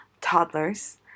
toddlers